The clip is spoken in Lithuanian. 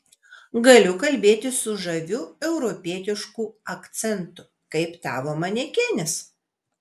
galiu kalbėti su žaviu europietišku akcentu kaip tavo manekenės